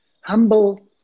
humble